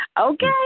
Okay